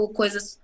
coisas